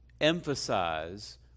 emphasize